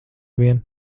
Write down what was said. vien